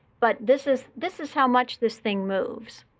but this is this is how much this thing moves.